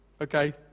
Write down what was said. Okay